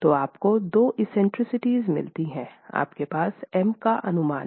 तो आपको दो एक्सेंट्रिसिटीज़ मिलते हैं आपके पास M का अनुमान है